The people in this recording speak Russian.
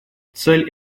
цель